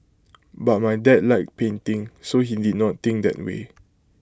but my dad liked painting so he did not think that way